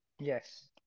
Yes